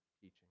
teaching